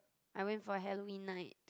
I went for Halloween night